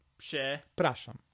Przepraszam